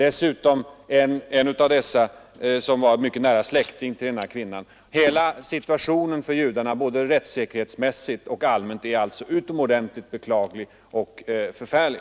En av dem sägs dessutom ha varit nära släkting till en av de utsatta kvinnorna. Hela situationen för judarna, både rättssäkerhetsmässigt och allmänt, är alltså ytterst beklaglig och förfärlig.